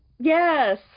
yes